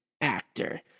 actor